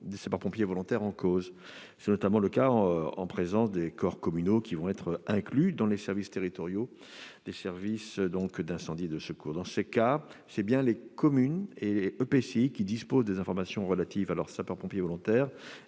des sapeurs-pompiers volontaires en cause. C'est notamment le cas des corps communaux qui vont être inclus dans les services territoriaux d'incendie et de secours. Dans de tels cas, ce sont bien les communes et les EPCI qui disposent des informations relatives à leurs sapeurs-pompiers volontaires